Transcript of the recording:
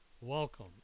Welcome